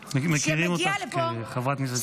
מכירים אותך כחברת כנסת שקטה ורגועה.